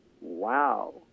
wow